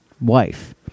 wife